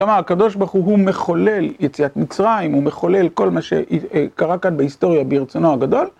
כמה הקדוש ברוך הוא מחולל יציאת מצרים, הוא מחולל כל מה שקרה כאן בהיסטוריה ברצונו הגדול.